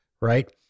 right